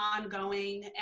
ongoing